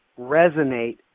resonate